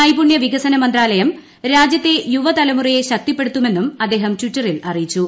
നൈപൂണ്യ വികസന മന്ത്രാലയം രാജ്യത്തെ യുവതലമുറയെ ശക്തിപ്പെടുത്തുമെന്നും അദ്ദേഹം ടിറ്ററിൽ അറിയിച്ചു